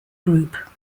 group